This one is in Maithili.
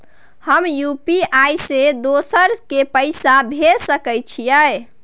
हम यु.पी.आई से दोसर के पैसा भेज सके छीयै?